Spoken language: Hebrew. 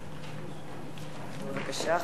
בבקשה.